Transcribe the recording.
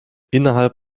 innerhalb